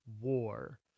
war